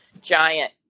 giant